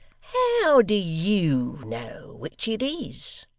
how do you know which it is?